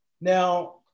Now